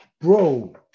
bro